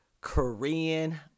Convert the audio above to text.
Korean